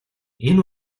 энэ